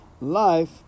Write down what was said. life